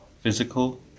Physical